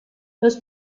los